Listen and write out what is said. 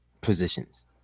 positions